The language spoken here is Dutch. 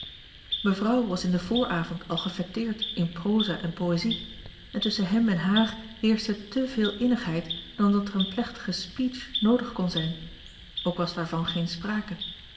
mevrouw was in den vooravond al gefêteerd in proza en poëzie en tusschen hem en haar heerschte te veel innigheid dan dat er een plechtigen speech noodig kon zijn ook was daarvan geen sprake